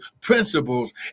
principles